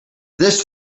this